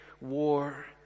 war